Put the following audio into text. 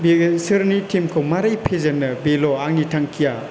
बेसोरनि टिम खौ माबोरै फेजेननो आंनि थांखिया